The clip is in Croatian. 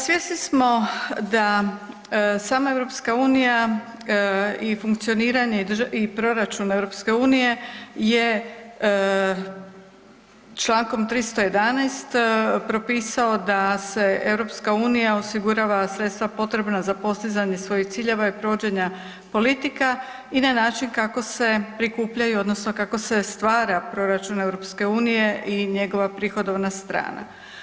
Svjesni smo da sama EU i funkcioniranje proračuna EU je čl. 311. propisao da se EU osigurava sredstva potrebna za postizanje ciljeva i provođenja politika i na način kako se prikupljaju odnosno kako se stvara proračun EU i njegova prihodovna strana.